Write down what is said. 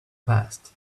past